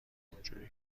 اونجوری